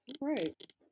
right